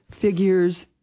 figures